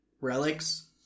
relics